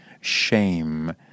shame